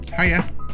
Hiya